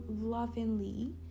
lovingly